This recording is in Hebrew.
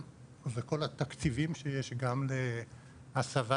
וכל התקציבים שיש גם להסבה